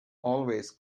always